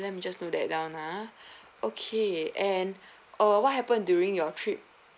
let me just note that down ah okay and err what happened during your trip